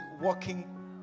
walking